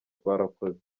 twarakoze